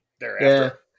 thereafter